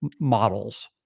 models